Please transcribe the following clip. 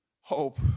hope